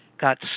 got